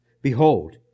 Behold